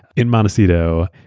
in montecito,